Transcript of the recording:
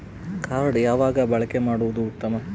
Card ಯಾವಾಗ ಬಳಕೆ ಮಾಡುವುದು ಉತ್ತಮ?